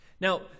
now